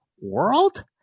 world